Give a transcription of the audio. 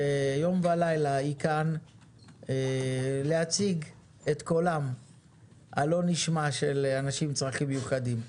שיום ולילה היא כאן להציג את קולם הלא נשמע של אנשים עם צרכים מיוחדים.